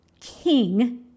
king